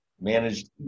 Managed